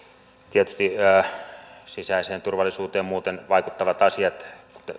tietysti sisäiseen turvallisuuteen muuten vaikuttavat asiat